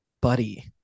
buddy